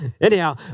Anyhow